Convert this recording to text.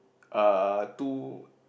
uh two